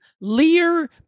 lear